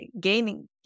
gaining